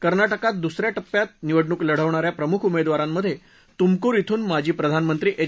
कर्नाटकात दुसऱ्या टप्प्यात निवडणूक लढवणाऱ्या प्रमुख उमेदवारांमधे तुमकुर इथून माजी प्रधानमंत्री एच